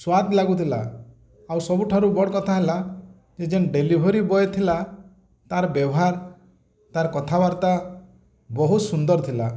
ସ୍ୱାଦ୍ ଲାଗୁଥିଲା ଆଉ ସବୁଠାରୁ ବଡ଼୍ କଥା ହେଲା ଯେ ଯେନ୍ ଡେଲିଭରି ବୟ ଥିଲା ତାର୍ ବ୍ୟବହାର ତାର୍ କଥାବାର୍ତ୍ତା ବହୁତ ସୁନ୍ଦର ଥିଲା